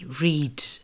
read